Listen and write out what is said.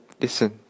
listen